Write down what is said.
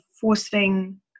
forcing